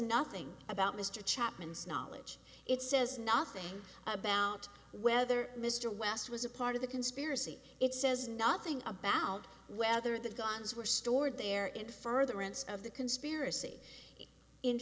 nothing about mr chapman's knowledge it says nothing about whether mr west was a part of the conspiracy it says nothing about whether the guns were stored there in the furtherance of the conspiracy in